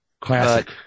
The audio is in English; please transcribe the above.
Classic